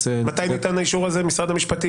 מי נתן אותו, משרד המשפטים?